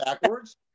backwards